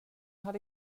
hade